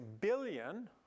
billion